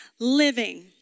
Living